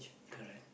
correct